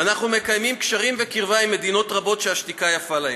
ואנחנו מקיימים קשרים וקרבה עם מדינות רבות שהשתיקה יפה להם.